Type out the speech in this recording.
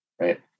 right